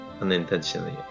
Unintentionally